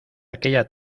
aquella